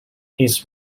his